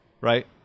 right